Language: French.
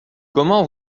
comment